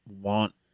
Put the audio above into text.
want